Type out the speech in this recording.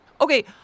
Okay